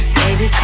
baby